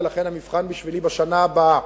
ולכן המבחן בשבילי הוא בשנה הבאה,